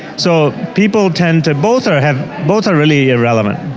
so people tend to, both are have, both are really irrelevant,